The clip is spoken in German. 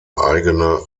eigene